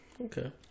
Okay